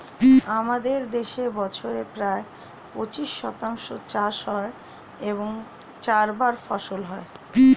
আমাদের দেশে বছরে প্রায় পঁচিশ শতাংশ চাষ হয় এবং চারবার ফসল হয়